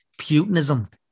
Putinism